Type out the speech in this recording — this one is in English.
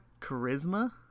Charisma